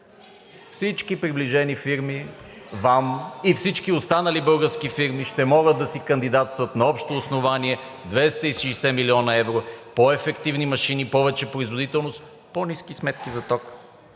Всички приближени фирми Вам и всички останали български фирми ще могат да си кандидатстват на общо основание – 260 млн. евро по-ефективни машини, повече производителност, по-ниски сметки за ток